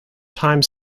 time